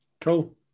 cool